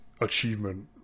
achievement